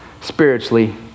Spiritually